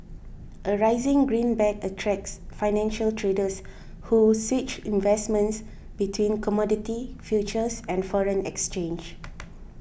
a rising greenback attracts financial traders who switch investments between commodity futures and foreign exchange